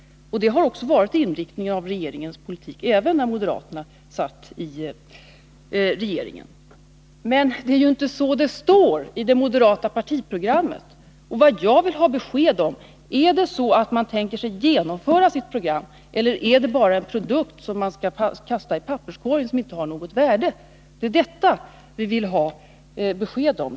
Det har också varit regeringspolitikens inriktning, även när moderaterna satt i regeringen. Men det är inte så det står i det moderata partiprogrammet, och vad jag vill ha besked om är följande: Är det så att man tänker genomföra sitt program, eller är det bara en produkt som man skall kasta i papperskorgen och som inte har något värde? Det är detta vi vill ha besked om.